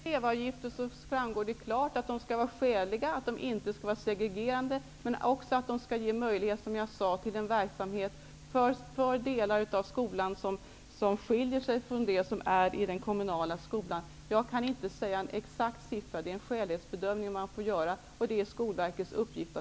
Herr talman! Det framgår klart att elevavgifterna skall vara skäliga och inte segregerande. De skall också ge möjlighet för sådana delar i skolverksamheten som skiljer sig från kommunens skola. Jag kan inte säga något exakt belopp. Det får göras en skälig bedömning, vilket är Skolverkets uppgift.